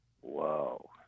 whoa